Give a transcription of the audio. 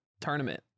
Tournament